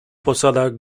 posadach